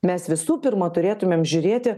mes visų pirma turėtumėm žiūrėti